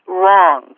wrong